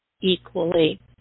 equally